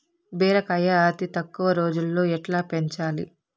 బీరకాయ అతి తక్కువ రోజుల్లో ఎట్లా పెంచాలి?